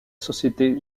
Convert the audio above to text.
société